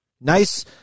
nice